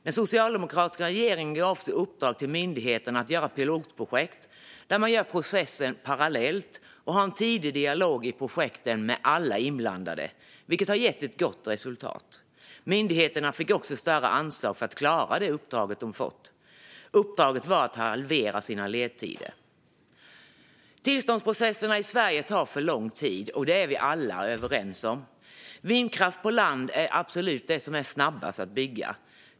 Den socialdemokratiska regeringen gav också i uppdrag till myndigheterna att göra pilotprojekt som innebär att man gör processen parallellt och har en tidig dialog i projekten med alla inblandade, vilket har gett ett gott resultat. Myndigheterna fick också större anslag för att klara det uppdrag de fått. Uppdraget till dem var att halvera sina ledtider. Tillståndsprocesserna i Sverige tar för lång tid, det är vi alla överens om. Vindkraft på land är det som går absolut snabbast att bygga.